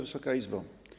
Wysoka Izbo!